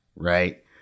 right